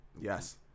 yes